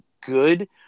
good –